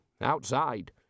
Outside